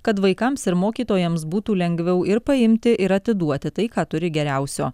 kad vaikams ir mokytojams būtų lengviau ir paimti ir atiduoti tai ką turi geriausio